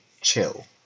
chill